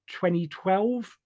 2012